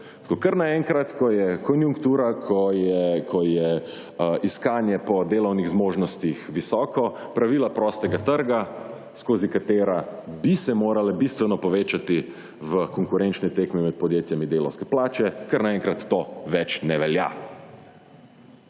Kar naenkrat, ko je konjunktura, ko je iskanje po delovnih zmožnostih visoko pravila prostega trga skozi katera bi se morala bistveno povečati v konkurenčni tekmi v podjetja med delavske plače, kar naenkrat to več ne velja.